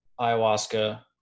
ayahuasca